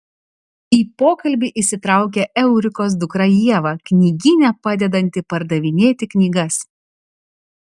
į pokalbį įsitraukia eurikos dukra ieva knygyne padedanti pardavinėti knygas